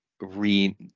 re